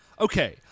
okay